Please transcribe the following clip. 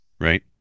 Right